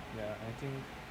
ya and I think